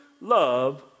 love